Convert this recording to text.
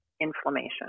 inflammation